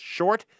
Short